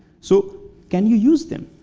so can you use them?